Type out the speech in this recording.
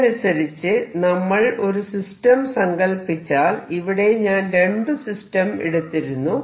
ഇതനുസരിച്ച് നമ്മൾ ഒരു സിസ്റ്റം സങ്കല്പിച്ചാൽ ഇവിടെ ഞാൻ രണ്ടു സിസ്റ്റം എടുത്തിരുന്നു